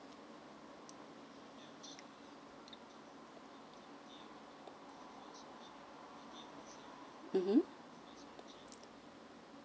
mmhmm